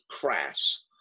crass